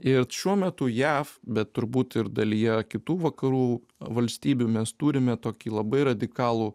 ir šiuo metu jav bet turbūt ir dalyje kitų vakarų valstybių mes turime tokį labai radikalų